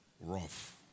Rough